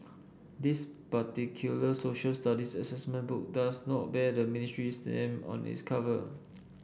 this particular Social Studies assessment book does not bear the ministry stamp on its cover